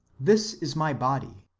this is my body.